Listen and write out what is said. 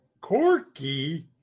Corky